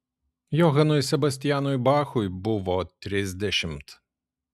johanui sebastianui bachui buvo trisdešimt